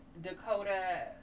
Dakota